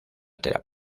terapia